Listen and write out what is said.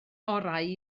orau